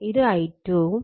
ഇത് i2 വും